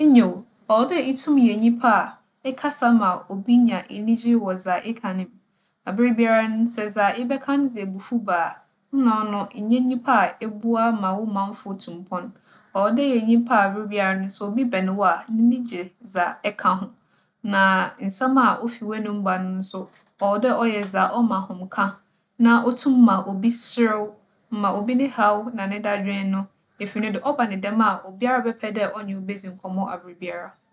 Nyew, ͻwͻ dɛ itum yɛ nyimpa a ekasa ma obi nya enyigye wͻ dza eka no mu. Aberbiara no, sɛ dza ebɛka no dze ebufuw ba, nna ͻno ennyɛ nyimpa a eboa ma wo mamfo tu mpon. ͻwͻ dɛ eyɛ nyimpa a aberbiara no sɛ obi bɛn wo a, n'enyi gye dza eka ho. Na nsɛm a ofi w'anomu ba no so, ͻwͻ dɛ ͻyɛ dza ͻma ahomka na otum ma obi serew ma obi ne haw na ne dadwen no, efi no do. ͻba no dɛm a, obiara bɛpɛ dɛ ͻnye wo bedzi nkͻmbͻ aberbiara.